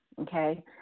okay